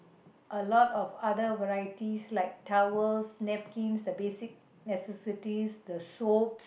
a lot of other varieties like towels napkins the basic necessities the soap